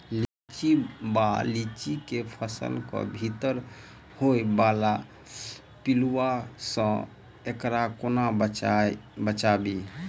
लिच्ची वा लीची केँ फल केँ भीतर होइ वला पिलुआ सऽ एकरा कोना बचाबी?